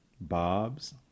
Bob's